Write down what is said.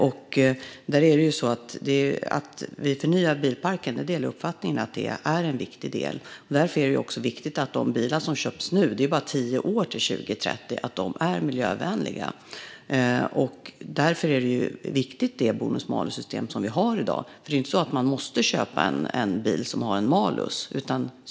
Jag delar uppfattningen att det är en viktig del att vi förnyar bilparken. Därför är det också viktigt att de bilar som köps nu är miljövänliga. Det är ju bara tio år till 2030. Därför är det bonus-malus-system som vi har i dag viktigt. Man måste inte köpa en bil som har en malus.